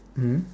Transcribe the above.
mmhmm